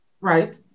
Right